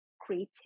creative